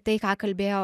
tai ką kalbėjo